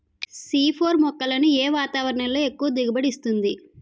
C four మొక్కలను ఏ వాతావరణంలో ఎక్కువ దిగుబడి ఇస్తుంది?